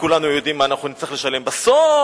וכולנו יודעים מה אנחנו נצטרך לשלם בסוף,